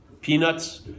peanuts